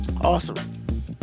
awesome